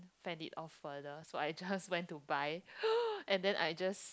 fend it off further so I just went to buy and then I just